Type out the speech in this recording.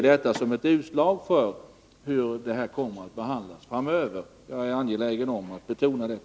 Jag är angelägen om att betona detta.